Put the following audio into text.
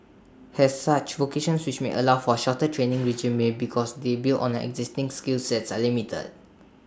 has such vocations which may allow for A shorter training regime because they build on the existing skill sets are limited